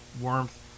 warmth